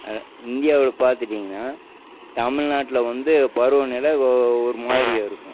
இந்தியாவில் பார்த்திட்டிங்கனா தமிழ்நாட்டில் வந்து பருவநிலை ஒரு மாதிரியா இருக்கும்